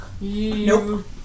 Nope